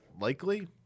likely